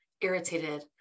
irritated